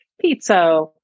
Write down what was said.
pizza